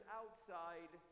outside